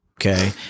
Okay